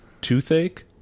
Toothache